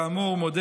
כאמור, אני מודה